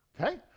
okay